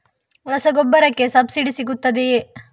ರಸಗೊಬ್ಬರಕ್ಕೆ ಸಬ್ಸಿಡಿ ಸಿಗುತ್ತದೆಯೇ?